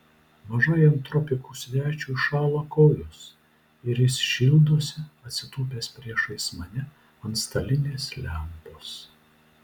mažajam tropikų svečiui šąla kojos ir jis šildosi atsitūpęs priešais mane ant stalinės lempos